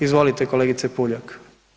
Izvolite kolegice Puljak.